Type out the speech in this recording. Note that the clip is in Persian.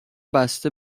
بسته